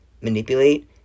manipulate